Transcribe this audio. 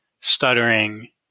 stuttering